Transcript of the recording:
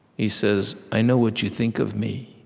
he says, i know what you think of me.